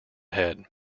head